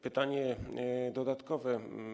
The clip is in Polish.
Pytanie dodatkowe.